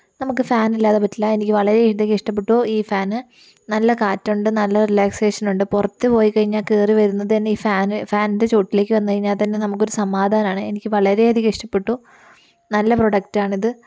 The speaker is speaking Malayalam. നമുക്ക് ഫാനില്ലാതെ പറ്റില്ല എനിക്ക് വളരെയധികം ഇഷ്ടപ്പെട്ടു ഈ ഫാന് നല്ല കാറ്റുണ്ട് നല്ല റിലാക്സേഷനുണ്ട് പുറത്തുപോയിക്കഴിഞ്ഞാൽ കേറി വരുന്നത് തന്നെ ഈ ഫാന് ഫാനിൻ്റെ ചുവട്ടിലേക്ക് വന്നുകഴിഞ്ഞാൽത്തന്നെ നമുക്കൊരു സമാധാനാണ് എനിക്ക് വളരേയധികം ഇഷ്ടപ്പെട്ടു നല്ല പ്രൊഡക്റ്റാണിത്